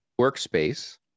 workspace